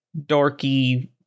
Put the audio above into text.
dorky